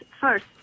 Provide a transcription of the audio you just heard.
first